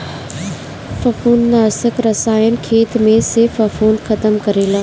फंफूदनाशक रसायन खेत में से फंफूद खतम करेला